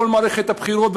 בכל מערכת הבחירות,